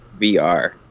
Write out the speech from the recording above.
VR